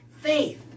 faith